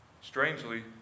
Strangely